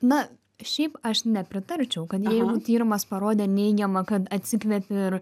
na šiaip aš nepritarčiau kad jeigu tyrimas parodė neigiamą kad atsikvėpi ir